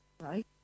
right